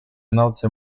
nauce